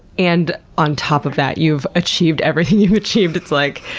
and on top of that you've achieved everything you've achieved. it's like,